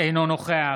אינו נוכח